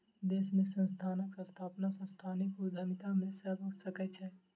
देश में संस्थानक स्थापना सांस्थानिक उद्यमिता से भअ सकै छै